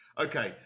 Okay